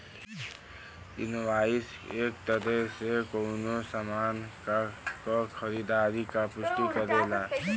invoice एक तरे से कउनो सामान क खरीदारी क पुष्टि करेला